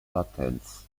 latenz